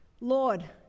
Lord